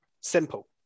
simple